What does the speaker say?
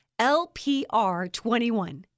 LPR21